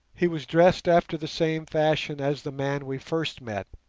he was dressed after the same fashion as the man we first met,